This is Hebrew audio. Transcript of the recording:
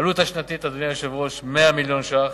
העלות השנתית, אדוני היושב-ראש: 100 מיליון ש"ח.